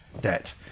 debt